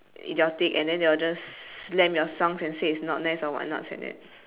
idiotic and then they will just slam your songs and say it's not nice and whats not